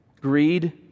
Greed